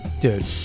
Dude